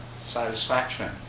satisfaction